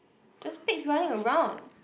there pigs running around